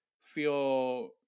feel